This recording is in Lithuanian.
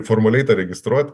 formaliai tą registruot